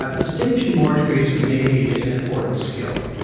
but distinguishing more degrees of maybe is an important skill.